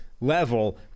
level